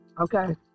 Okay